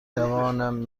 توانم